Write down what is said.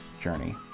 journey